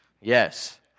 Yes